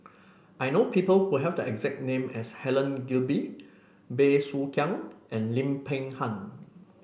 I know people who have the exact name as Helen Gilbey Bey Soo Khiang and Lim Peng Han